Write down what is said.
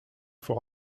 faut